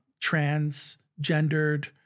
transgendered